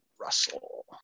Russell